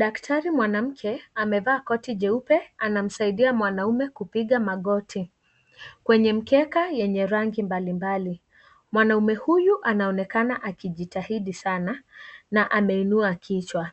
Daktari mwanamke, amevaa koti jeupe, anamsaidia mwanaume kupiga magoti, kwenye mkeka ya rangi mbalimbali. Mwanaume huyu, anaonekana akijitahidi sana na ameinua kichwa.